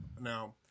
Now